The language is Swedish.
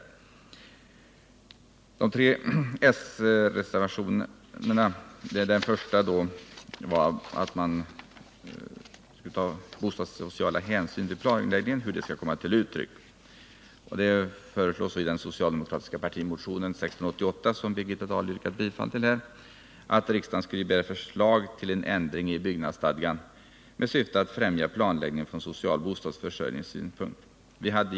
Så till de tre s-reservationerna. Den första behandlar hur bostadssociala hänsyn vid planläggning skall komma till uttryck. I den socialdemokratiska partimotionen 1688, som Birgitta Dahl yrkade bifall till, föreslås att riksdagen begär förslag till ändring i byggnadsstadgan med syfte att främja planläggning från social bostadsförsörjningssynpunkt.